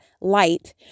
light